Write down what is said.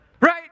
right